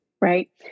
Right